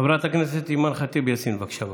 חברת הכנסת אימאן ח'טיב יאסין, בבקשה.